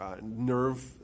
Nerve